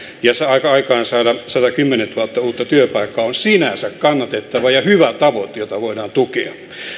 ja aikaansaada satakymmentätuhatta uutta työpaikkaa on sinänsä kannatettava ja hyvä tavoite jota voidaan tukea